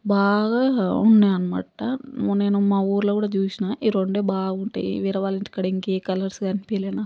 బాగా ఉన్నాయి అనమాట మొన్న నేను మా ఊరులో కూడ చూసినా ఈ రెండే బాగా ఉంటాయి వేరేవాళ్ల ఇంటికాడ ఇంక ఏ కలర్స్ కనిపియలే నాకు